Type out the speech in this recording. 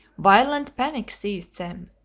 violent panic seized them,